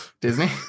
Disney